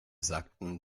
sagten